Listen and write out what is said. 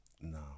no